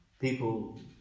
People